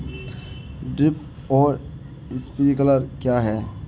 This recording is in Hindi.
ड्रिप और स्प्रिंकलर क्या हैं?